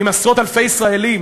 עם עשרות-אלפי ישראלים,